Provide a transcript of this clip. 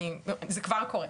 זה כבר קורה,